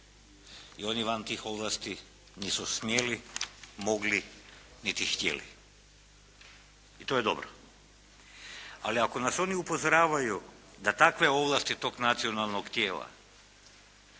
i oni van tih ovlasti nisu smjeli, mogli niti htjeli. I to je dobro. Ali ako nas oni upozoravaju da takve ovlasti tog nacionalnog tijela